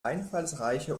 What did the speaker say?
einfallsreiche